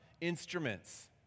instruments